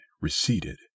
receded